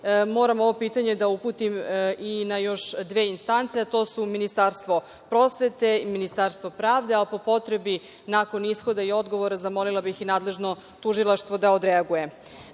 moram ovo pitanje da uputim i na još dve distance, a to su Ministarstvo prosvete i Ministarstvo pravde, a po potrebi nakon ishoda i odgovora, zamolila bih i nadležno tužilaštvo da odreaguje. Naime,